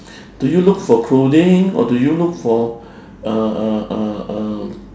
do you look for clothing or do you look for uh uh uh uh